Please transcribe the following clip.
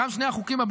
גם שני החוקים,